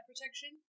protection